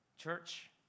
Church